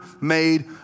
made